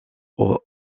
aux